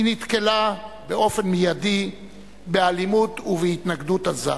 אך היא נתקלה באופן מיידי באלימות ובהתנגדות עזה.